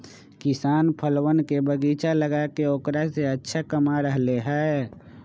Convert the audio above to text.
किसान फलवन के बगीचा लगाके औकरा से अच्छा कमा रहले है